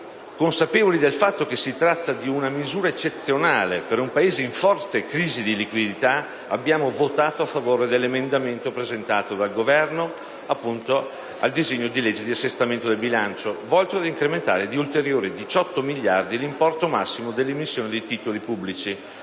consapevoli del fatto che si tratta di una misura eccezionale per un Paese in forte crisi di liquidità, abbiamo votato a favore dell'emendamento presentato dal Governo in Commissione sul disegno di legge di assestamento del bilancio, volto ad incrementare di ulteriori 18 miliardi l'importo massimo dell'emissione dei titoli pubblici,